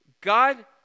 God